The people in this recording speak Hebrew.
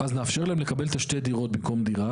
אז נאפשר להם לקבל את שתי הדירות במקום דירה.